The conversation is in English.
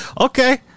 Okay